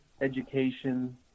education